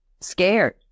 scared